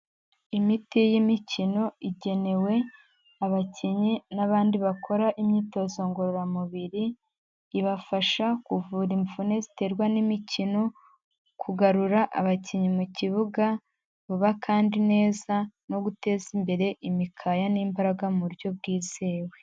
Imiti y'imikino, igenewe abakinnyi n'abandi bakora imyitozo ngororamubiri, ibafasha kuvura imvune ziterwa n'imikino, kugarura abakinnyi mu kibuga vuba kandi neza no guteza imbere imikaya n'imbaraga mu buryo bwizewe.